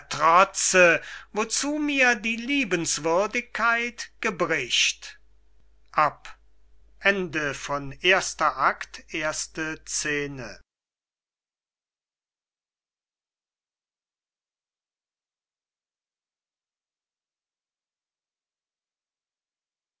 wozu mir die liebenswürdigkeit gebricht ab